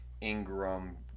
ingram